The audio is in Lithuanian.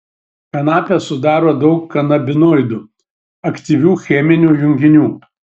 kanapę sudaro daug kanabinoidų aktyvių cheminių junginių